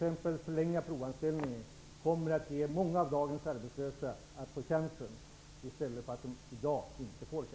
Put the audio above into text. En förlängning av provanställningstiden kommer t.ex. att ge många av dagens arbetslösa en chans som de inte får i dag.